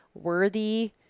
worthy